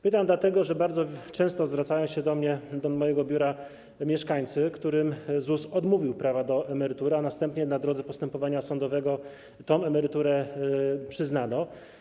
Pytam dlatego, że bardzo często zwracają się do mnie, do mojego biura mieszkańcy, którym ZUS odmówił prawa do emerytury, a następnie na drodze postępowania sądowego tę emeryturę przyznano.